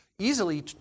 easily